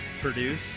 produce